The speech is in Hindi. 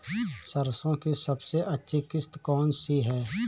सरसो की सबसे अच्छी किश्त कौन सी है?